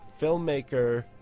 filmmaker